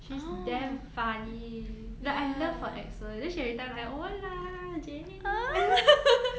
she's damn funny like I love her accent then she everytime like hola jay